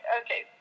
okay